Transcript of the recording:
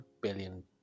billion